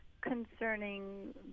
concerning